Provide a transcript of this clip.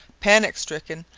panic-stricken,